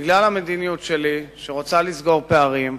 בגלל המדיניות שלי, שרוצה לסגור פערים,